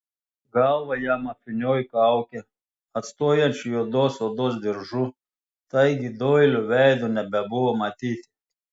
galvą jam apvyniojo kaukę atstojančiu juodos odos diržu taigi doilio veido nebebuvo matyti